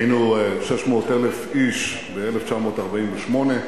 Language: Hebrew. היינו 600,000 איש ב-1948,